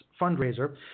fundraiser